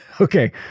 Okay